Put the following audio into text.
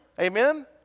Amen